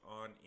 on